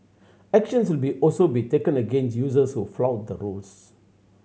actions will be also be taken against users who flout the rules